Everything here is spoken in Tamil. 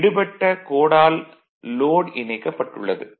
விடுபட்ட கோடால் லோட் இணைக்கப்பட்டுள்ளது